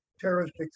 terroristic